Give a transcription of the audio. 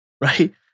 Right